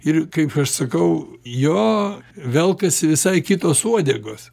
ir kaip aš sakau jo velkasi visai kitos uodegos